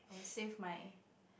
will save my